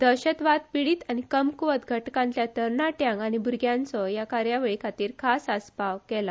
दहशतवाद पिडीत आनी कमकुवत घटकातल्या तरनाट्यांक आनी भुरग्यांचो ह्या कार्यावळीखातीर खास आस्पाव केला